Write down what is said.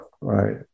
right